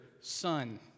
son